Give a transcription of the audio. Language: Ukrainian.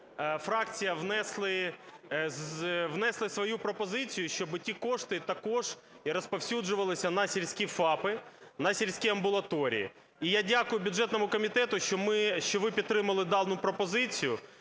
фракція внесли свою пропозицію, щоб ті кошти також розповсюджувалися на сільські ФАПи, на сільські амбулаторії. І я дякую бюджетному комітету, що ви підтримали дану пропозицію.